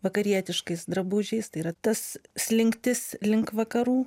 vakarietiškais drabužiais tai yra tas slinktis link vakarų